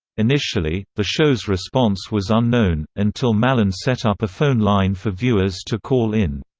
initially, the show's response was unknown, until mallon set up a phone line for viewers to call in.